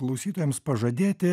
klausytojams pažadėti